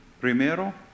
Primero